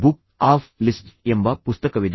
book of Liszt ಎಂಬ ಪುಸ್ತಕವಿದೆ